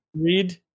Read